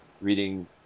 reading